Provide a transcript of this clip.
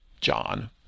John